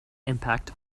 impact